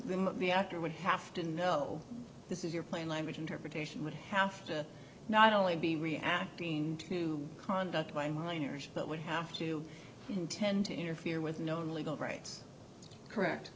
them the actor would have to know this is your plain language interpretation would have to not only be reacting to conduct by minors but would have to intend to interfere with known legal rights correct